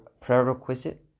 prerequisite